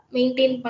Maintain